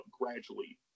gradually